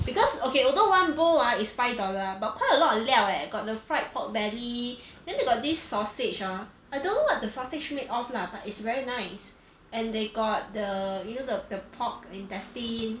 because okay although one bowl ah is five dollar ah but quite a lot of 料 eh got the fried pork belly then they got this sausage ah I don't know what the sausage made of lah but it's very nice and they got the you know the the pork intestine